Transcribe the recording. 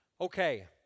okay